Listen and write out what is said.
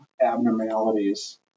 abnormalities